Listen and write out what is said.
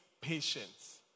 Patience